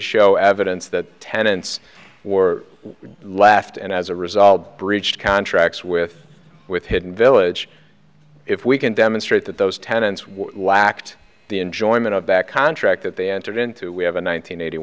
show evidence that tenants were left and as a result breached contracts with with hidden village if we can demonstrate that those tenants whacked the enjoyment of that contract that they entered into we have a